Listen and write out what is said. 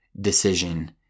decision